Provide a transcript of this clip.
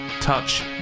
Touch